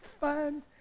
fun